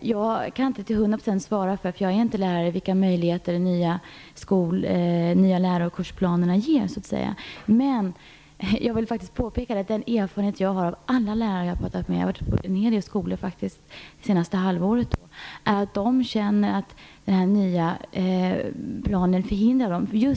Jag kan inte, eftersom jag inte är lärare, till hundra procent säga vilka möjligheter de nya läro och kursplanerna ger. Den erfarenhet jag har - efter samtal med alla lärare som jag träffat, och jag har faktiskt varit på en hel del skolor under det senaste halvåret - är att de känner att den nya planen hindrar dem.